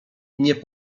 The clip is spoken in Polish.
nie